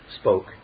spoke